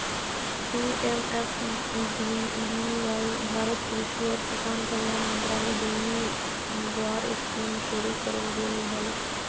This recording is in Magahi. पी.एम.एफ.बी.वाई भारत कृषि और किसान कल्याण मंत्रालय दिल्ली द्वारास्कीमशुरू करल गेलय हल